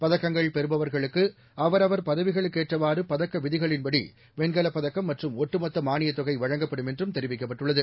பதக்கனு்கள் பேறுபவர்களுக்கு அவரவர் பதவிகளுக்குகற்றவாறு பதக்க விதிகளின்பெ வேண்கல பதக்கம் மற்றும் ஒட்டுமோத்த மானியத்தோகை வடிணுகப்படும் என்றும் தேரிவிக்கப்பட்டுள்ளது